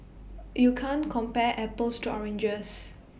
you can't compare apples to oranges